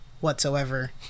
whatsoever